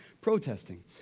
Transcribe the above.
protesting